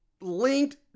linked